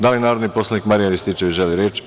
Da li narodni poslanik Marijan Rističević želi reč?